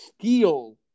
steal